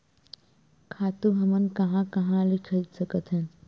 खातु हमन कहां कहा ले खरीद सकत हवन?